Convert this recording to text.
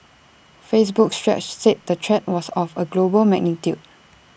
Facebook's stretch said the threat was of A global magnitude